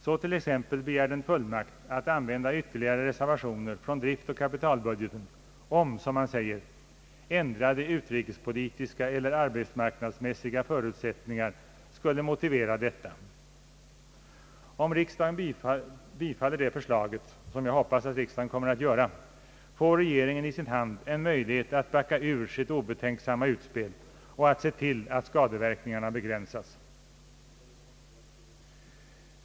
Så t.ex. begär den fullmakt att använda ytterligare reservationer från driftoch kapitalbudgeten om, som man säger, ändrade utrikespolitiska eller arbetsmarknadsmässiga förutsättningar skulle motivera detta. Om riksdagen bifaller det förslaget, som jag hoppas den kommer att göra, får regeringen i sin hand en möjlighet att backa ur sitt obetänksamma utspel och att se till att skadeverkningarna begränsas.